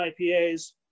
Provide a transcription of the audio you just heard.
IPAs